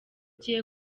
ugiye